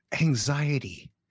anxiety